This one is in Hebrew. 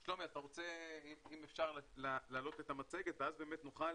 אם אפשר להעלות את המצגת ואז באמת נוכל